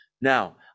Now